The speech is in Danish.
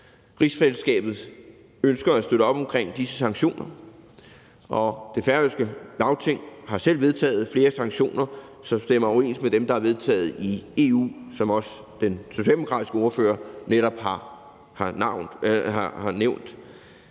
rigsfællesskabet ønsker at støtte op omkring de sanktioner. Det færøske Lagting har selv vedtaget flere sanktioner, som stemmer overens med dem, der er vedtaget i EU, som også den socialdemokratiske ordfører netop har nævnt.